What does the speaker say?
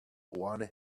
one